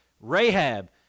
Rahab